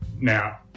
Now